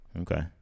okay